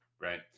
right